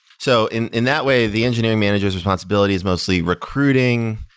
so in in that way, the engineering manager's responsibility is mostly recruiting,